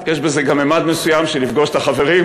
יש בזה גם ממד מסוים של לפגוש את החברים,